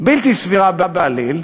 בלתי סבירה בעליל,